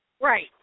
Right